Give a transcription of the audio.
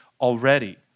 already